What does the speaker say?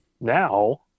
now